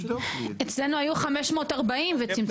אצלנו היו 540 וצמצמו.